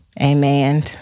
amen